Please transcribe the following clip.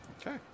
Okay